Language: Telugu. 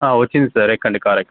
వచ్చింది సార్ ఎక్కండి కారెక్కండి